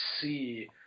see –